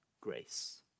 grace